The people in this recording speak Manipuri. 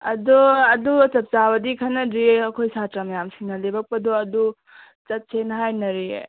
ꯑꯗꯣ ꯑꯗꯨ ꯆꯞ ꯆꯥꯕꯗꯤ ꯈꯟꯅꯗ꯭ꯔꯤ ꯑꯩꯈꯣꯏ ꯁꯥꯇ꯭ꯔ ꯃꯌꯥꯝꯁꯤꯡꯅ ꯂꯦꯞꯄꯛꯄꯗꯣ ꯑꯗꯨ ꯆꯠꯁꯦꯅ ꯍꯥꯏꯅꯔꯤꯌꯦ